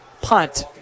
punt